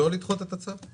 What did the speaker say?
לא לדחות את הצו?